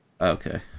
Okay